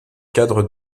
cadre